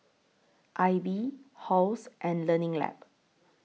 AIBI Halls and Learning Lab